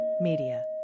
Media